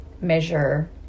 measure